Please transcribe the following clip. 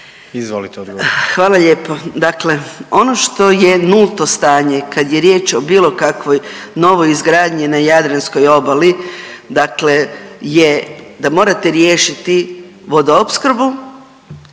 Anka (GLAS)** Hvala lijepo. Dakle, ono što je nulto stanje kada je riječ o bilo kakvoj novoj izgradnji na jadranskoj obali dakle je da morate riješiti vodoopskrbu